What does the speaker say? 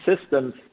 systems